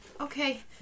Okay